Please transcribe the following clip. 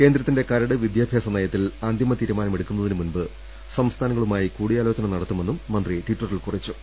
കേന്ദ്രത്തിന്റെ കരട് വിദ്യാഭ്യാസനയത്തിൽ അന്തിമതീരുമാനമെടുക്കുംമുമ്പ് സംസ്ഥാനങ്ങളുമായി കൂടിയാലോചന നടത്തുമെന്നും മന്ത്രി ട്വിറ്ററിൽ കുറിച്ചു